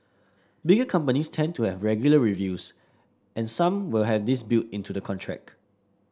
bigger companies tend to have regular reviews and some will have this built into the contract